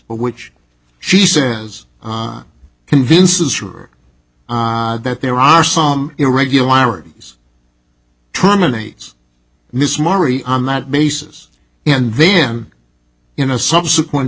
which she says convinces her or that there are some irregularities terminates miss mari on that basis and then in a subsequent